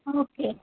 okay